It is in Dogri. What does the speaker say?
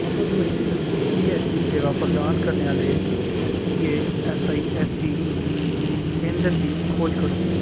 संबलपुर च ईऐसई सेवां प्रदान करने आह्ले ईएऐस्सआईऐस्सई केंद्र दी खोज करो